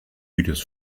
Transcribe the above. videos